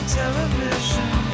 television